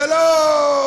זה לא,